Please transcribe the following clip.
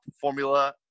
formula